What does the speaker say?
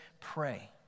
pray